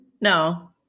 No